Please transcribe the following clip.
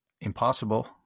impossible